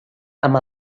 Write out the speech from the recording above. amb